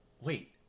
wait